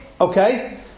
Okay